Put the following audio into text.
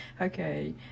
Okay